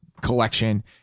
collection